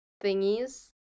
thingies